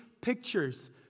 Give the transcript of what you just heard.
pictures